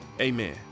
Amen